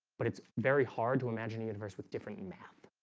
but it's very hard to imagine a universe with different math